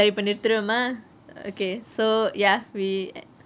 okay இப்போ நிறுத்திருவோமா:ippo niruthiruvomaa so ya we